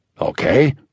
Okay